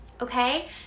Okay